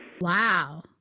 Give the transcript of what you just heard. Wow